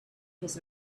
his